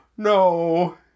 No